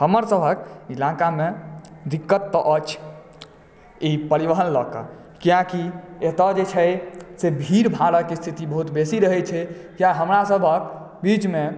हमरसभक इलाकामे दिक्क्त तऽ अछि ई परिवहन लऽ कऽ कियाकि एतय जे छै से भीड़ भाड़क स्थिति बहुत बेसी रहै छै किया हमरासभक बीचमे